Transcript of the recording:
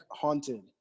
haunted